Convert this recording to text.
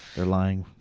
they're lying.